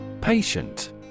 Patient